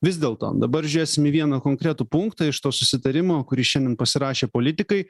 vis dėlto dabar žiūrėsim į vieną konkretų punktą iš to susitarimo kurį šiandien pasirašė politikai